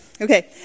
Okay